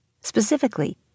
Specifically